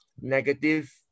negative